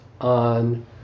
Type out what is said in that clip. on